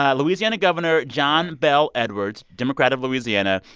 ah louisiana governor john bel edwards, democrat of louisiana,